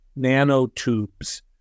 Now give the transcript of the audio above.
nanotubes